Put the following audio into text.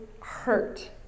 hurt